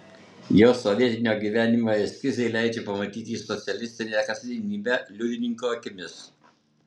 jo sovietinio gyvenimo eskizai leidžia pamatyti socialistinę kasdienybę liudininko akimis